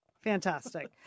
Fantastic